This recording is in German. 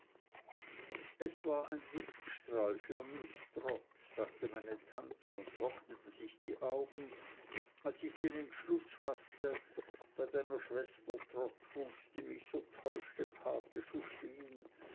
es war ein lichtstrahl für mich trot sagte meine tante und trocknete sich die augen als ich den entschluß faßte bei deiner schwester betsey trotwood die mich so täuschte pate zu stehen